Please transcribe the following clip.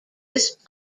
this